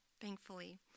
thankfully